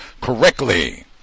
correctly